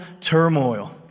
turmoil